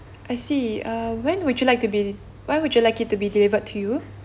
I see uh when would you like to be when would you like it to be delivered to you